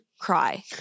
cry